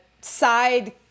side